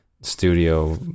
studio